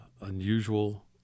unusual